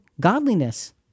godliness